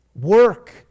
work